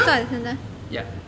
ya